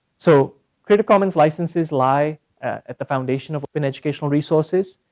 so creative commons licenses lie at the foundation of open educational resources.